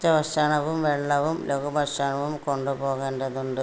ഉച്ചഭക്ഷണവും വെള്ളവും ലഘുഭക്ഷണവും കൊണ്ടു പോകേണ്ടതുണ്ട്